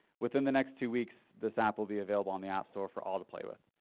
within the next two weeks, this app will be available on the app store for all to play with.